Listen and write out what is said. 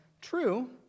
True